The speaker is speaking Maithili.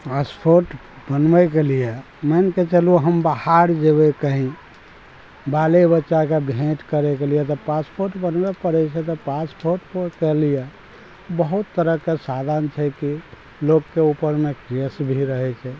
पासपोर्ट बनबयके लियेे मानियेके चलू हम बाहर जेबय कहीं बाले बच्चाके भेँट करयके लिये तऽ पासपोर्ट बनबए पड़य छै तऽ पासपोर्टोके लिये बहुत तरहके साधन छै की लोकके उपरमे केस भी रहय छै